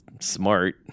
smart